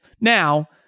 Now